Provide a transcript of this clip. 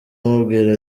amubwira